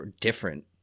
different